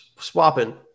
swapping